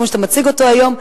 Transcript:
כמו שאתה מציג אותו היום,